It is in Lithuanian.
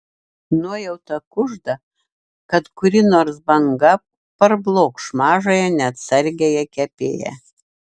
nuojauta kužda kad kuri nors banga parblokš mažąją neatsargiąją kepėją